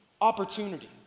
opportunity